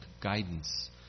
guidance